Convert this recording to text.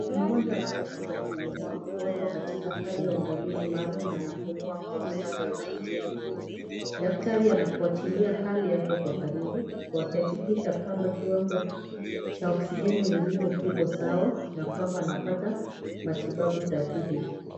Mgonjwa anaposhindwa kupumua huwekwa katika hali ya uangalizi maalum na anapumua kwa msaada ya oksijeni. Daktari anafuatilia hali yake kwa karibu wakihakikisha kwamba kiwango cha oksijeni mwilini kiko sawa na kwamba anapata matibabu sahihi.